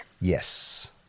Yes